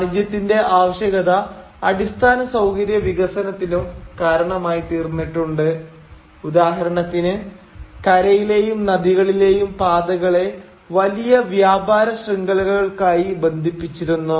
വാണിജ്യത്തിന്റെ ആവശ്യകത അടിസ്ഥാന സൌകര്യവികസനത്തിനും കാരണമായിത്തീർന്നിട്ടുണ്ട് ഉദാഹരണത്തിന് കരയിലെയും നദികളിലെയും പാതകളെ വലിയ വ്യാപാര ശൃംഖലകൾക്കായി ബന്ധിപ്പിച്ചിരുന്നു